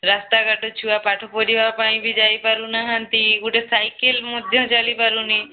ରାସ୍ତା ଘାଟ ଛୁଆ ପାଠ ପଢ଼ିବା ପାଇଁ ବି ଯାଇପାରୁନାହାନ୍ତି ଗୋଟିଏ ସାଇକେଲ୍ ମଧ୍ୟ ଚାଲିପାରୁନି